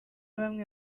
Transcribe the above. bamwe